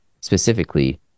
specifically